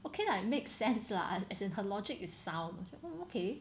okay lah it make sense lah as in her logic is sound so okay